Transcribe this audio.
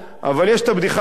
אבל יש הבדיחה הידועה,